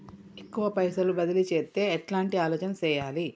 ఎక్కువ పైసలు బదిలీ చేత్తే ఎట్లాంటి ఆలోచన సేయాలి?